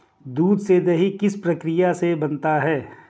दूध से दही किस प्रक्रिया से बनता है?